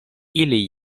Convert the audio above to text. ili